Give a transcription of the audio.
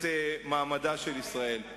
את מעמדה של ישראל?